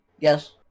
Yes